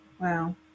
Wow